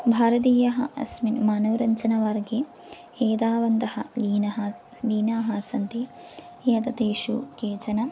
भारतीयाः अस्मिन् मनोरञ्जनवार्गे एतावन्तः लीनः स् लीनाः सन्ति एतेषु केचन